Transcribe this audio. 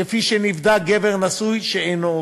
כפי שנבדק גבר נשוי שאינו עובד.